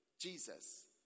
Jesus